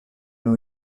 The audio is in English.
new